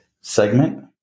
segment